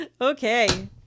okay